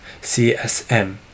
CSM